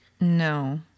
No